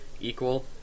Equal